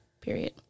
period